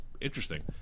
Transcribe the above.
interesting